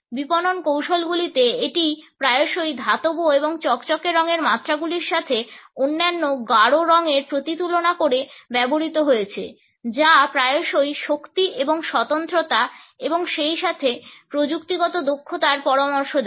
বিপণন কৌশলগুলিতে এটি প্রায়শই ধাতব এবং চকচকে রঙের মাত্রাগুলির সাথে অন্যান্য গাঢ় রঙের প্রতিতুলনা করে ব্যবহৃত হয়েছে যা প্রায়শই শক্তি এবং স্বতন্ত্রতা এবং সেইসাথে প্রযুক্তিগত দক্ষতার পরামর্শ দেয়